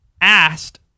asked